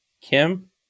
Kim